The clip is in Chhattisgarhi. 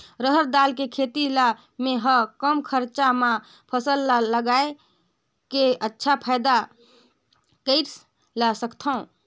रहर दाल के खेती ला मै ह कम खरचा मा फसल ला लगई के अच्छा फायदा कइसे ला सकथव?